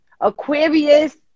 Aquarius